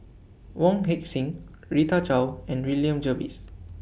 Wong Heck Sing Rita Chao and William Jervois